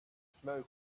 smoke